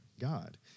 God